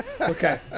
Okay